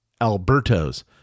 Alberto's